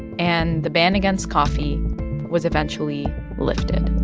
and the ban against coffee was eventually lifted